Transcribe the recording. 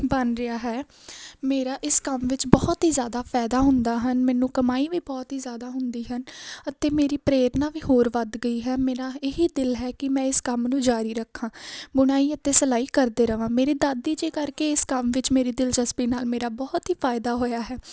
ਬਣ ਰਿਹਾ ਹੈ ਮੇਰਾ ਇਸ ਕੰਮ ਵਿੱਚ ਬਹੁਤ ਹੀ ਜ਼ਿਆਦਾ ਫਾਇਦਾ ਹੁੰਦਾ ਹਨ ਮੈਨੂੰ ਕਮਾਈ ਵੀ ਬਹੁਤ ਹੀ ਜ਼ਿਆਦਾ ਹੁੰਦੀ ਹਨ ਅਤੇ ਮੇਰੀ ਪ੍ਰੇਰਨਾ ਵੀ ਹੋਰ ਵੱਧ ਗਈ ਹੈ ਮੇਰਾ ਇਹੀ ਦਿਲ ਹੈ ਕਿ ਮੈਂ ਇਸ ਕੰਮ ਨੂੰ ਜਾਰੀ ਰੱਖਾਂ ਬੁਣਾਈ ਅਤੇ ਸਿਲਾਈ ਕਰਦੇ ਰਵਾਂ ਮੇਰੀ ਦਾਦੀ ਜੀ ਕਰਕੇ ਇਸ ਕੰਮ ਵਿੱਚ ਮੇਰੀ ਦਿਲਚਸਪੀ ਨਾਲ ਮੇਰਾ ਬਹੁਤ ਹੀ ਫਾਇਦਾ ਹੋਇਆ ਹੈ